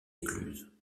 écluses